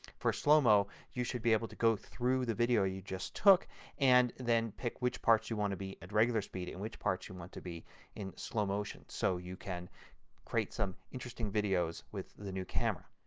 for slow mo you should be able to go through the video you just took and then pick which parts you want to be at regular speed and which parts you want to be in slow motion so you can create some interesting videos with the new camera.